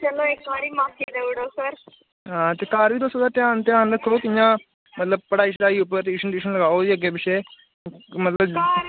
ते घर बी तुस ओह्दा ध्यान ध्यान रक्खो भाई कियां मतलब पढ़ाई शड़ाई उप्पर ट्यूशन शयूशन लगाओ ओह्दी अग्गे पिच्छे मतलब